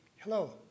Hello